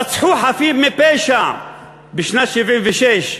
רצחו חפים מפשע בשנת 1976,